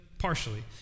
partially